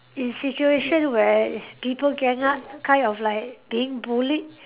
in situation where people gang up kind of like being bullied